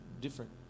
different